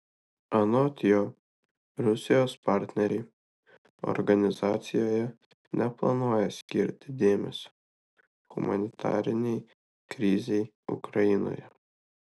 anot jo rusijos partneriai organizacijoje neplanuoja skirti dėmesio humanitarinei krizei ukrainoje